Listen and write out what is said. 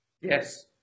Yes